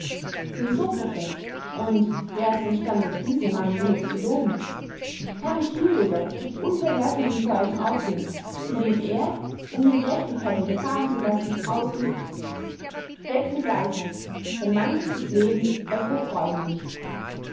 den sophokles und wer ist im stande diesen mann genug zu loben kann ich hierüber zum unverwerflichen zeugen aufführen indem er um mir gerechtigkeit widerfahren zu lassen ausrief weg mit weisheit wenn man sich des lebens recht erfreuen will